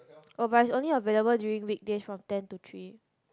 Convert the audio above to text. oh but it's only available during weekdays from ten to three